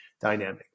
dynamic